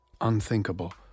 unthinkable